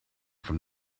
from